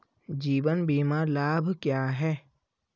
जीवन बीमा लाभ क्या हैं?